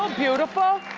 um beautiful.